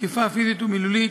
התקיפה הפיזית והמילולית